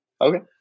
Okay